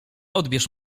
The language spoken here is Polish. odbierz